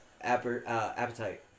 appetite